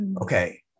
Okay